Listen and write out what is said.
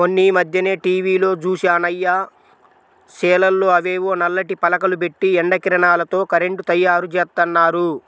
మొన్నీమధ్యనే టీవీలో జూశానయ్య, చేలల్లో అవేవో నల్లటి పలకలు బెట్టి ఎండ కిరణాలతో కరెంటు తయ్యారుజేత్తన్నారు